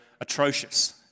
atrocious